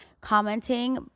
commenting